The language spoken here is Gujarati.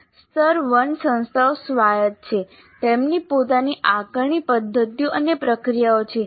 સ્તર 1 સંસ્થાઓ સ્વાયત્ત છે તેમની પોતાની આકારણી પદ્ધતિઓ અને પ્રક્રિયાઓ છે